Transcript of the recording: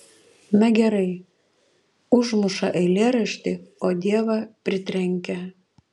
na gerai užmuša eilėraštį o dievą pritrenkia